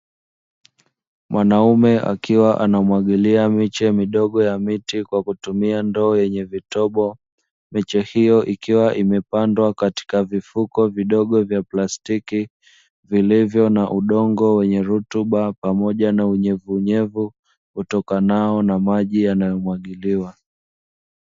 Mwanaume akiwa anamwagilia miche midogo ya miti kwa kutumia ndoo yenye vitobo, miche hiyo ikiwa imepandwa katika vifuko vidogo vya plastiki vilivyo na udongo wenye rutuba pamoja na unyevu unyevu utokanayo na maji yanayomwagiliwa.